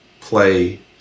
play